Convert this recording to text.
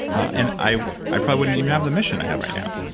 and i i probably wouldn't even have the mission i have right now.